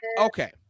okay